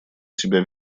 себя